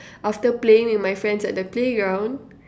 after playing with my friends at the playground